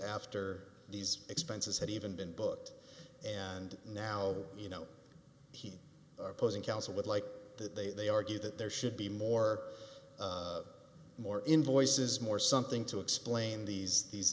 after these expenses had even been booked and now you know the opposing counsel would like they they argue that there should be more more invoices more something to explain these these